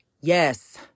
Yes